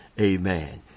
Amen